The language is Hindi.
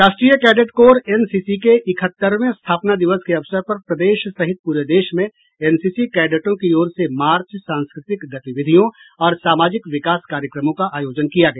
राष्ट्रीय कैडेट कोर एनसीसी के इकहत्तरवें स्थापना दिवस के अवसर पर प्रदेश सहित पूरे देश में एनसीसी कैडेटों की ओर से मार्च सांस्कृतिक गतिविधियों और सामाजिक विकास कार्यक्रमों का आयोजन किया गया